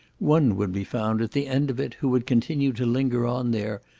one would be found at the end of it who would continue to linger on there,